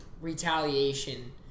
retaliation